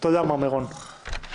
בשעה 17:43 ונתחדשה